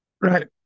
right